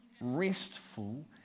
restful